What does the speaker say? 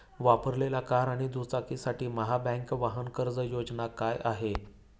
वापरलेल्या कार आणि दुचाकीसाठी महाबँक वाहन कर्ज योजना काय आहे?